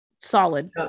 solid